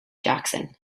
jackson